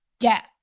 get